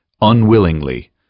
Unwillingly